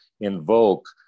invoke